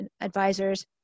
advisors